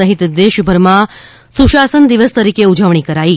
સહિત દેશભરમાં સુશાસન દિવસ તરીકે ઉજવણી કરાઇ